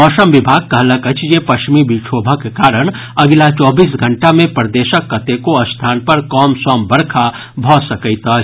मौसम विभाग कहलक अछि जे पश्चिमी विक्षोभक कारण अगिला चौबीस घंटा मे प्रदेशक कतेको स्थान पर कमसम बरखा भऽ सकैत अछि